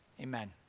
amen